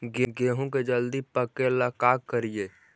गेहूं के जल्दी पके ल का करियै?